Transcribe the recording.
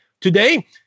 Today